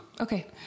Okay